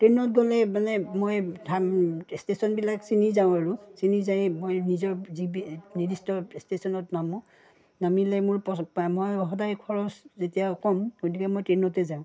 ট্ৰেইনত গ'লে মানে মই ষ্টেচনবিলাক চিনি যাওঁ আৰু চিনি যাই মই নিজৰ নিৰ্দিষ্ট ষ্টেচনত নামো নামিলে মোৰ মই সদায় খৰচ যেতিয়া কম গতিকে মই ট্ৰেইনতে যাওঁ